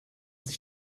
sich